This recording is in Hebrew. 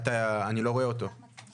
האם אפשר להעלות על המסך את